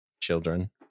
children